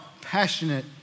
passionate